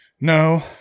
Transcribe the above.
No